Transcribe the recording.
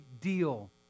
deal